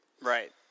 Right